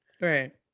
right